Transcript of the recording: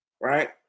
right